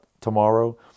tomorrow